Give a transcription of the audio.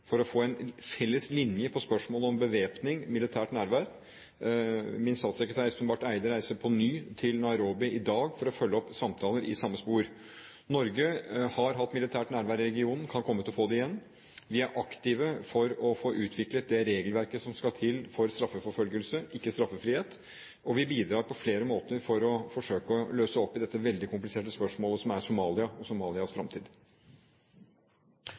for å få en felles linje i spørsmålet om bevæpning, militært nærvær. Min statssekretær Espen Barth Eide reiser på ny til Nairobi i dag for å følge opp samtaler i samme spor. Norge har hatt militært nærvær i regionen og kan komme til å få det igjen. Vi er aktive for å få utviklet det regelverket som skal til for straffeforfølgelse, ikke straffrihet, og vi bidrar på flere måter for å forsøke å løse opp i dette veldig kompliserte spørsmålet, som er Somalia og Somalias